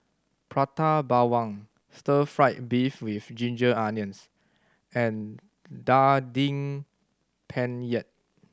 Prata Bawang Stir Fry beef with ginger onions and Daging Penyet